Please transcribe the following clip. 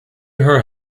her